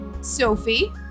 Sophie